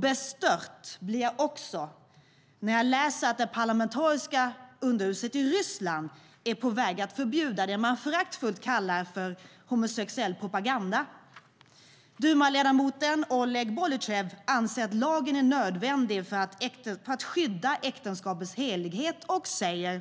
Bestört blir jag också när jag läser att det parlamentariska underhuset i Ryssland är på väg att förbjuda det man föraktfullt kallar för homosexuell propaganda. Dumaledamoten Oleg Bolytjev anser att lagen är nödvändig för att skydda äktenskapets helighet och säger: